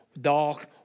dark